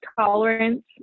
tolerance